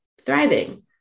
thriving